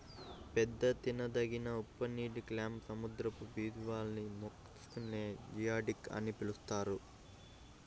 పెద్ద తినదగిన ఉప్పునీటి క్లామ్, సముద్రపు బివాల్వ్ మొలస్క్ నే జియోడక్ అని పిలుస్తారు